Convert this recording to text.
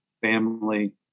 family